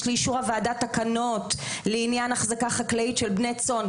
לאישור הוועדה תקנות לעניין החזקה חקלאית של בני צאן,